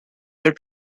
air